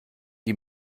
die